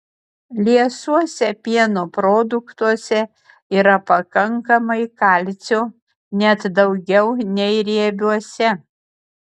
liesuose pieno produktuose yra pakankamai kalcio net daugiau nei riebiuose